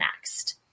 next